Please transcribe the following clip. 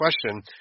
question